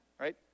right